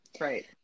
right